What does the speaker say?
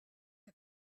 que